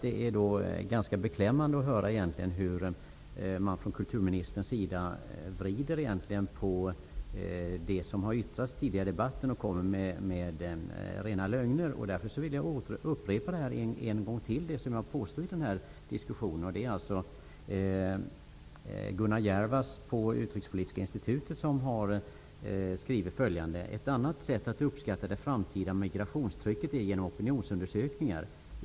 Det är ganska beklämmande att höra hur kulturministern vrider på det som har yttrats tidigare i debatten och kommer med rena lögner. Därför vill jag upprepa det jag påstod i den diskussionen en gång till. Det är Gunnar Jervas på Utrikespolitiska institutet som har skrivit följande: Ett annat sätt att uppskatta det framtida migrationstrycket är genom opinionsundersökningar.